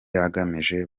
agamije